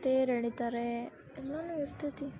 ತೇರು ಎಳೀತಾರೆ ಎಲ್ಲವೂ ಇರ್ತೈತಿ